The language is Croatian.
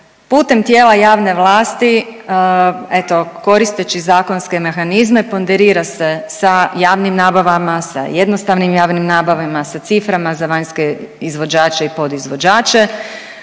putem tijela javne vlasti eto koristeći zakonske mehanizme ponderira se sa javnim nabavama, sa jednostavnim javnim nabavama, sa ciframa za vanjske izvođače i podizvođače